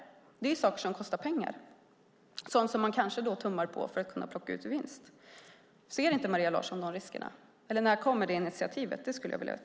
Sådant kostar pengar och det kanske är något man tummar på för att kunna plocka ut vinst. Ser inte Maria Larsson de riskerna, eller när kommer det initiativet?